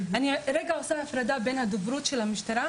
אני רגע עושה הפרדה בין הדוברות של המשטרה,